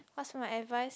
what's my advice